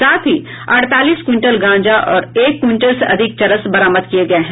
साथ ही अड़तालीस क्विंटल गांजा और एक क्विंटल से अधिक चरस बरामद किये गये हैं